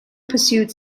pursued